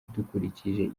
dukurikije